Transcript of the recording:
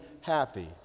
happy